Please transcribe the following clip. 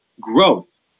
growth